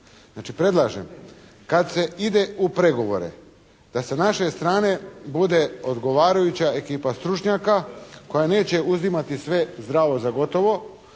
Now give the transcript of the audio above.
predlažem kad se ide u pregovore da sa naše strane bude odgovarajuća ekipa stručnjaka koja neće uzimati sve zdravo za gotovo